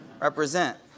Represent